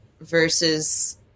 versus